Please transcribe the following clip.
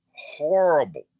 horrible